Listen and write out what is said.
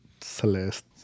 Celeste